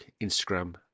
Instagram